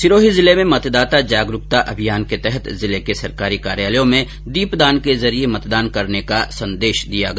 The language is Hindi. सिरोही जिले में मतदाता जागरूकता अभियान के तहत जिले के सरकारी कार्यालयों में दीपदान के जरिए मतदान करने का संदेश दिया गया